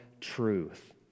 truth